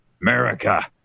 america